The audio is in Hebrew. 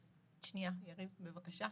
שנייה, יריב, בבקשה.